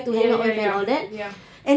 ya ya ya ya